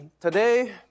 Today